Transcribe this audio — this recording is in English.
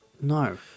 no